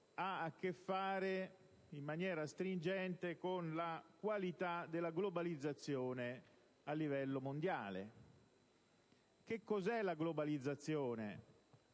ha a che fare in maniera stringente con la qualità della globalizzazione a livello mondiale. La globalizzazione